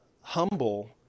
humble